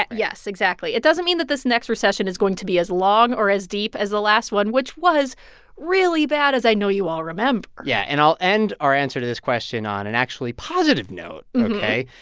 yes, exactly. it doesn't mean that this next recession is going to be as long or as deep as the last one, which was really bad, as i know you all remember yeah. and i'll end our answer to this question on an and actually positive note ok?